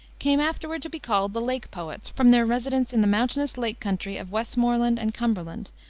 came afterward to be called the lake poets, from their residence in the mountainous lake country of westmoreland and cumberland,